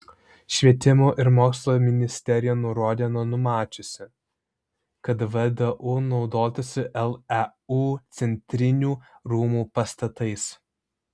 švietimo ir mokslo ministerija nurodė nenumačiusi kad vdu naudotųsi leu centrinių rūmų pastatais